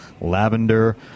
lavender